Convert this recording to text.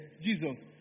Jesus